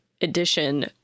edition